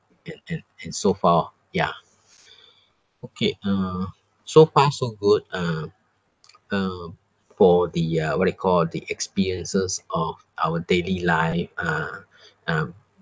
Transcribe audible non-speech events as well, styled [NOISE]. and and and so forth ya okay uh so far so good uh [NOISE] um for the uh what you call the experiences of our daily life ah um